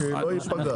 שלא ייפגע.